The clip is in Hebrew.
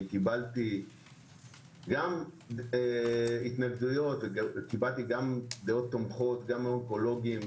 קיבלתי גם התנגדויות וגם דעות תומכות גם מהאונקולוגים,